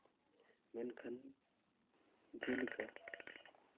ᱢᱮᱱᱠᱷᱟᱱ ᱡᱮᱞᱮᱠᱟ